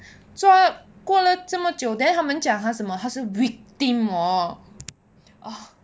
抓过了这么久 then 他们讲他什么他是 victim !whoa!